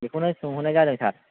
बेखौनो सोंहरनाय जादों सार